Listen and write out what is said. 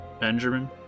Benjamin